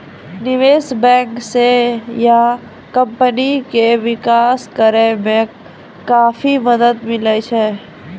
निबेश बेंक से नया कमपनी के बिकास करेय मे काफी मदद मिले छै